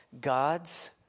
God's